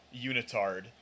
unitard